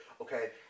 Okay